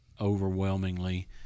overwhelmingly